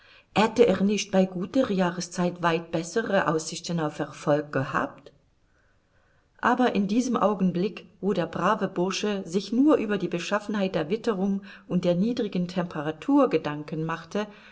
hätte er nicht bei guter jahreszeit weit bessere aussichten auf erfolg gehabt aber in diesem augenblick wo der brave bursche sich nur über die beschaffenheit der witterung und der niedrigen temperatur gedanken machte